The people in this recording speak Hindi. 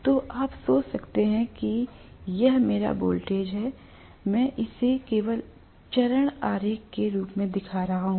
तो आप सोच सकते हैं कि यह मेरा वोल्टेज है मैं इसे केवल चरण आरेख के रूप में दिखा रहा हूं